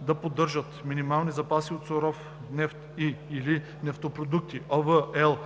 да поддържат минимални запаси от суров нефт и/или нефтопродукти (ОВ, L